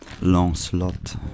Lancelot